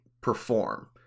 perform